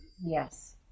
Yes